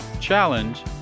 challenge